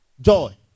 Joy